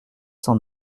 cent